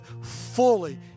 fully